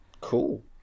Cool